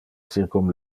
circum